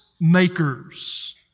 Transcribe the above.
makers